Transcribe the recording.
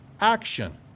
action